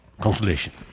consolation